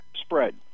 spread